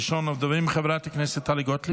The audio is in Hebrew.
ראשונת הדוברים, חברת הכנסת טלי גוטליב.